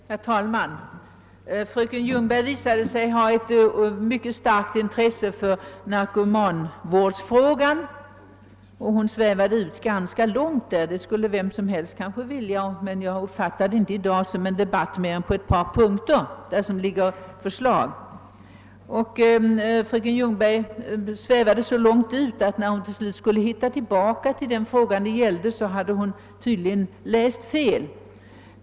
Herr talman! Fröken Ljungberg visade sig ha ett starkt intresse för narkomanvårdsproblemet, varom hon svävade ut ganska långt. Det skulle kanske vem som helst vilja göra, men jag har uppfattat saken på det sättet att det i dag gäller debatt om ett par punkter, om vilka förslag ligger framlagda. Fröken Ljungberg svävade ut så långt att när hon skulle hitta tillbaka till den fråga det gällde, hade hon tydligen läst fel.